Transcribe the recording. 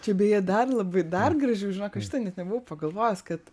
čia beje dar labai dar gražiau žinok aš šito net nebuvau pagalvojus kad